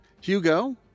Hugo